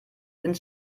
ins